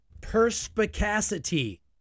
perspicacity